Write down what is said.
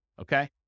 Okay